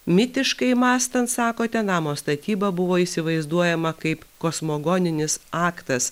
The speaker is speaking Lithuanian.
mitiškai mąstant sakote namo statyba buvo įsivaizduojama kaip kosmogoninis aktas